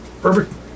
Perfect